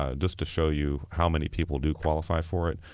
ah just to show you how many people do qualify for it,